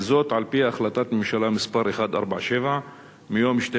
וזאת על-פי החלטת ממשלה מס' 147 מיום 12